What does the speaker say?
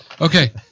okay